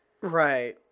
Right